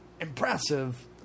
impressive